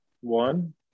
One